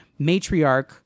matriarch